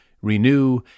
renew